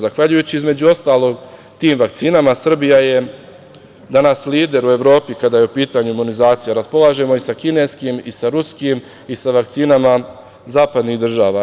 Zahvaljujući, između ostalog tim vakcinama, Srbija je danas lider u Evropi kada je u pitanju imunizacija, raspolažemo i sa kineskim, ruskim i sa vakcinama zapadnih država.